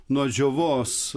nuo džiovos